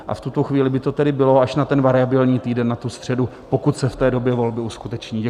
A v tuto chvíli by to tedy bylo až na ten variabilní týden, na tu středu, pokud se v té době volby uskuteční.